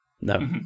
No